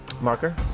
marker